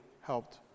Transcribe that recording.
helped